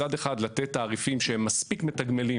מצד אחד לתת תעריפים שהם מספיק מתגמלים